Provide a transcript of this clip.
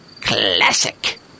classic